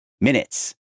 minutes